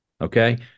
okay